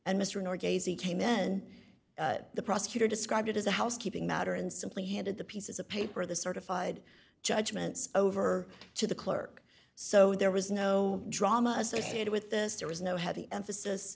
gazey came then the prosecutor described it as a housekeeping matter and simply handed the pieces of paper the certified judgments over to the clerk so there was no drama associated with this there was no heavy emphasis